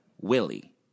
Willie